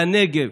לנגב.